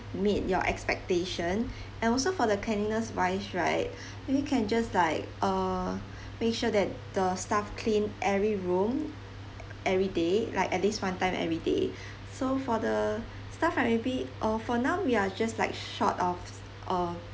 meet your expectation and also for the cleanliness wise right maybe can just like uh make sure that the staff clean every room every day like at least one time every day so for the staff right maybe uh for now we are just like short of uh